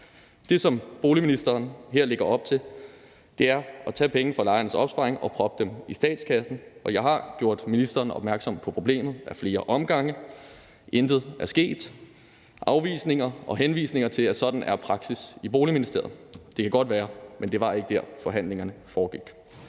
Det, som boligministeren her lægger op til, er at tage pengene fra lejernes opsparing og proppe dem i statskassen. Jeg har gjort ministeren opmærksom på problemet ad flere omgange – intet er sket. Der er kommet afvisninger og henvisninger til, at sådan er praksis i Boligministeriet. Det kan godt være, men det var ikke der, forhandlingerne foregik.